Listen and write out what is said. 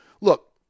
Look